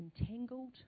entangled